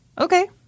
okay